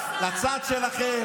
רק לצד שלכם.